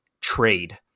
trade